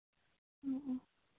ᱚ